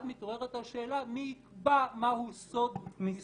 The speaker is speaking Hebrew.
אז מתעוררת השאלה מי יקבע מה הוא סוד מסחרי?